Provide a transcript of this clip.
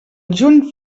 juny